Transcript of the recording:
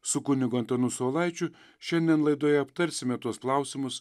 su kunigu antanu saulaičiu šiandien laidoje aptarsime tuos klausimus